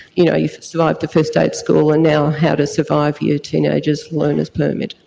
you know you survived the first day at school, and now how to survive your teenager's learner's permit.